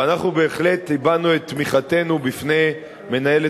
ואנחנו בהחלט הבענו את תמיכתנו בפני מנהלת